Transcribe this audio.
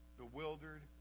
bewildered